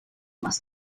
less